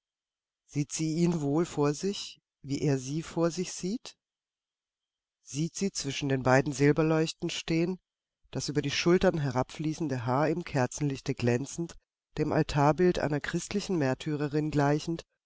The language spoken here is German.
sieht sie ihn wohl vor sich wie er sie vor sich sieht sieht sie zwischen den beiden silberleuchtern stehen das über die schultern herabfließende haar im kerzenlichte glänzend dem altarbild einer christlichen märtyrerin gleichend